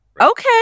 okay